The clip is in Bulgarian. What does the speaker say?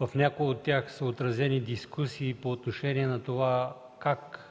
В някои от тях са отразени дискусиите по отношение на това как